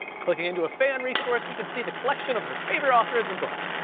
clicking into a fan resource, we can see the collection of their favorite authors, and books.